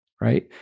right